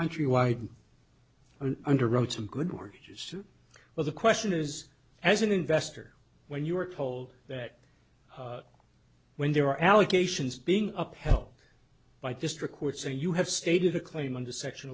countrywide underwrote some good mortgages well the question is as an investor when you are told that when there are allegations being upheld by district courts and you have stated a claim under section